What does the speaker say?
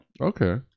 Okay